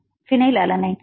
மாணவர் ஃ பினைல் அலனின்